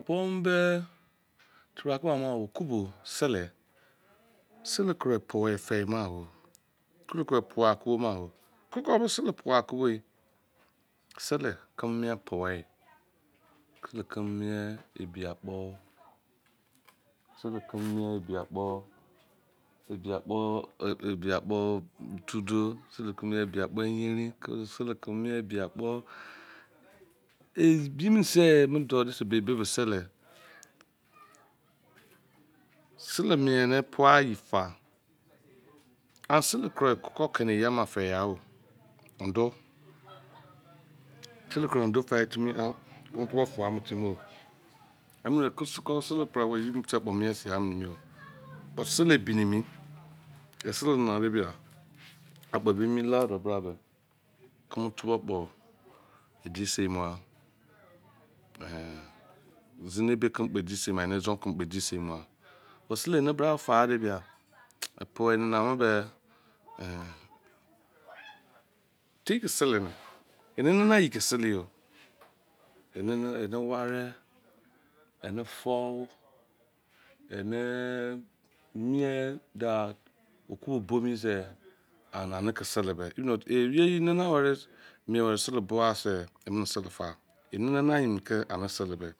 Pon be te ra ke a mo ko bo, sele sele kru powei fe ma o kobo kru powei kobo ma o ko ko o bo sele powei a kobo ye, sele keme mien powei sele keme mien ebi akpo ebi akpo tu duwu ebi akpo yerin keme mien akpo ebi akpo yerin keme mien akpo ebi se mene do se be be sele sele mien ne pai mo ye fa an sele kru koko kene iye ma fe ya n sele mien pai ye fa and sele co ken iya fagha, mdou, sele con undou fe timi yan keme to bo fou amu timi mo sele kru iye bo se kpo mien sin mene yo buy sele beni mi isele nana de bia akpo miebi lade bra. keme tobo kpo edesei moghan tine ebe keme kpo de sei moghan ewe izon keme kpo dese moghansele ene bra fa de bia powei nana nbe te ke sele me ene nanaye ke sele ene ware ene fou ene mien da okobo bo mi je se anne ke sele me. if not sele pobo a se fa. ene nane ye ke ene isele be.